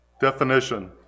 Definition